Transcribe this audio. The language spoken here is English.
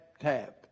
tap